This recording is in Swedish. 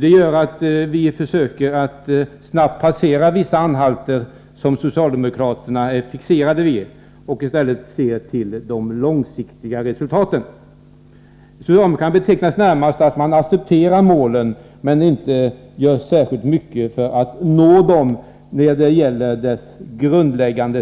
Det gör att vi försöker att snabbt passera vissa anhalter som socialdemokraterna är fixerade vid. Vi ser till de långsiktiga resultaten, medan socialdemokraterna accepterar målsättningen men inte gör särskilt mycket för att nå de